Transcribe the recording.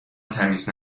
تمیز